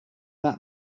this